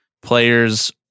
players